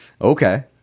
Okay